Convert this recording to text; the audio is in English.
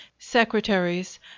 Secretaries